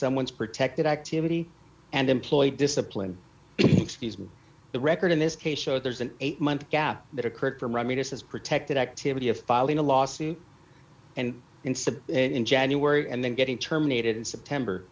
someone's protected activity and employee discipline excuse me the record in this case shows there's an eight month gap that occurred from i mean this is protected activity of filing a lawsuit and instead in january and then getting terminated in september